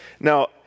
Now